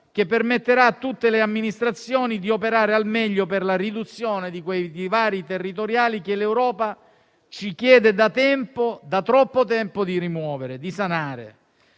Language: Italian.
che permetterà a tutte le amministrazioni di operare al meglio per la riduzione di quei divari territoriali che l'Europa ci chiede da troppo tempo di rimuovere, di sanare.